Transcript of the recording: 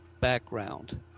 background